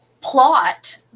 plot